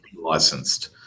licensed